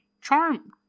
charm